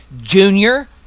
Junior